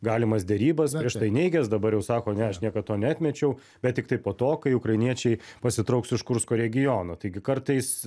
galimas derybas prieš tai neigęs dabar jau sako ne aš niekad to neatmečiau bet tiktai po to kai ukrainiečiai pasitrauks iš kursko regiono taigi kartais